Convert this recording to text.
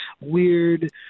weird